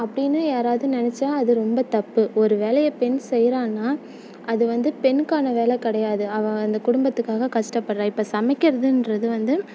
அப்படின்னு யாராவது நினச்சா அது ரொம்ப தப்பு ஒரு வேலையை பெண் செய்கிறான்னா அது வந்து பெண்ணுக்கான வேலை கிடையாது அவள் அந்த குடும்பத்துக்காக கஷ்டப்படுறா இப்போ சமைக்கிறதுன்றது வந்து